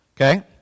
okay